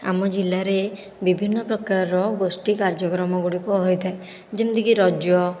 ଆମ ଜିଲ୍ଲାରେ ବିଭିନ୍ନ ପ୍ରକାରର ଗୋଷ୍ଠୀ କାର୍ଯ୍ୟକ୍ରମ ଗୁଡ଼ିକ ହୋଇଥାଏ ଯେମିତିକି ରଜ